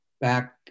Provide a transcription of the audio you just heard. back